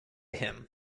him